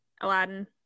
Aladdin